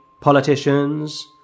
politicians